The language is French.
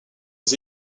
des